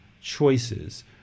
choices